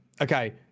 okay